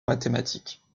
mathématiques